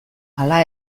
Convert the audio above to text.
hala